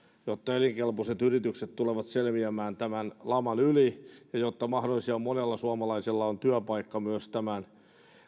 jotta elinkelpoiset yritykset tulevat selviämään tämän laman yli ja jotta mahdollisimman monella suomalaisella on työpaikka myös tämän